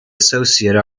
associate